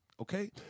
Okay